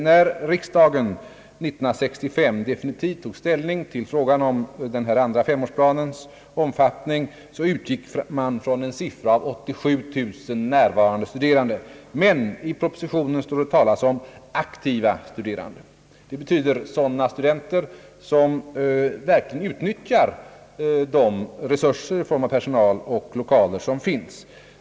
När riksdagen år 1965 definitivt tog ställning till frågan om den andra femårsplanens omfattning utgick man från en siffra av 87000 närvarande studerande, men i propositionen står det talat om aktiva studerande, dvs. sådana studenter som verkligen utnyttjar de resurser i form av personal och lokaler som finns.